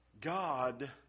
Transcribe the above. God